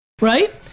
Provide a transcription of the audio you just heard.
right